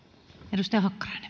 arvoisa